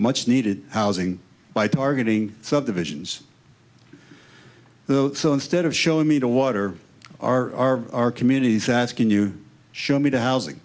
much needed housing by targeting subdivisions though so instead of showing me to water our communities asking you show me the housing